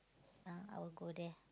ah I will go there